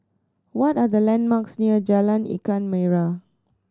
what are the landmarks near Jalan Ikan Merah